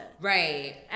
Right